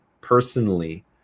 personally